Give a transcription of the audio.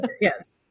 Yes